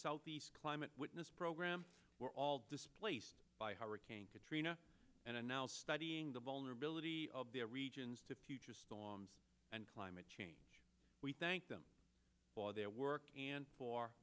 southeast climate witness program were all displaced by hurricane katrina and are now studying the vulnerability of their regions to future storms and climate change we thank them for their work and for